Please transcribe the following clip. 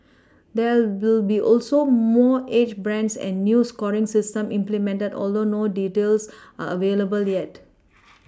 there will be more age brands and new scoring system implemented although no details are available yet